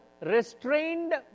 restrained